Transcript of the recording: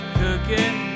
cooking